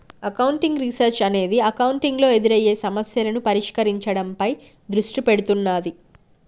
accounting research అనేది accounting లో ఎదురయ్యే సమస్యలను పరిష్కరించడంపై దృష్టి పెడుతున్నాది